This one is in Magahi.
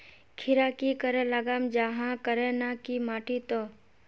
खीरा की करे लगाम जाहाँ करे ना की माटी त?